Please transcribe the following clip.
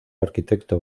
arquitecto